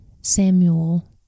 Samuel